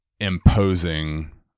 imposing